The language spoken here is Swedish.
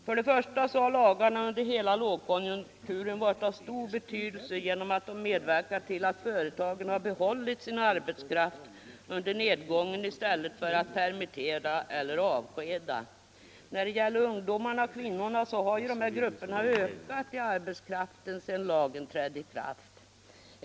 Lagarna har under hela lågkonjunkturen varit av stor betydelse genom att de medverkat till att företagen behållit sin arbetskraft under nedgången i stället för att permitera eller avskeda. När det gäller ungdomarna och kvinnorna har ju dessa grupper ökat i arbetskraften sedan lagen trädde i kraft.